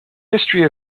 history